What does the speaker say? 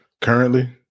Currently